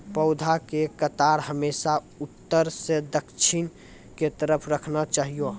पौधा के कतार हमेशा उत्तर सं दक्षिण के तरफ राखना चाहियो